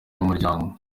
b’umuryango